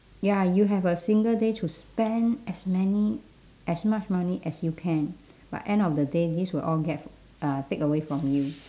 ya you have a single day to spend as many as much money as you can but end of the day this will all get uh take away from you